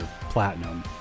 platinum